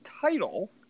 title